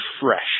fresh